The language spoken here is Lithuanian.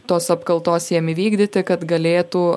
tos apkaltos jam įvykdyti kad galėtų